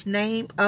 name